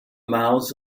mouths